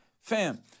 fam